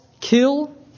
kill